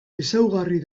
ezaugarri